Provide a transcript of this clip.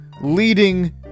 leading